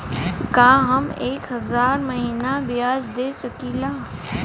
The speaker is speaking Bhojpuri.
का हम एक हज़ार महीना ब्याज दे सकील?